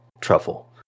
truffle